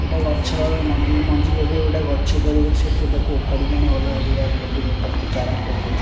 ଗୋଟେ ଗଛର ମଞ୍ଜି ମଞ୍ଜି ଲଗାଇ ଗୋଟେ ଗଛ କରିବ ସେଇଠୁ ତାକୁ ଓପାଡ଼ିକି ଆଣି ଅଲଗା ଜାଗାରେ ଲଗାଇଲେ ତାକୁ ଚାରା କୁହାଯାଏ